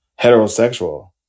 heterosexual